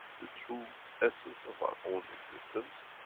the true essence of our own existence,